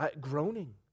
groaning